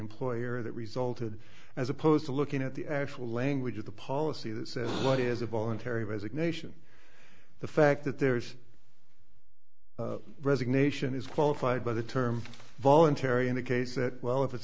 employer that resulted as opposed to looking at the actual language of the policy that says what is a voluntary resignation the fact that there's resignation is qualified by the term voluntary in a case that well if it's